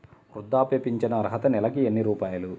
వృద్ధాప్య ఫింఛను అర్హత నెలకి ఎన్ని రూపాయలు?